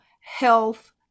health